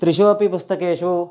त्रिषु अपि पुस्तकेषु